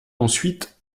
ensuite